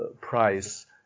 price